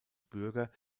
bürger